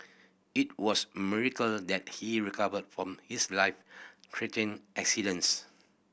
it was a miracle that he recovered from his life threatening accidents